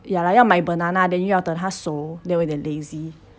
ya lah 要买 banana then 又要等他熟 then 我有一点 lazy